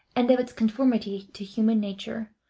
and of its conformity to human nature,